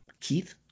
Keith